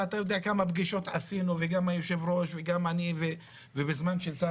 ואתה יודע כמה פגישות עשינו וגם היו"ר וגם אני ובזמן של שר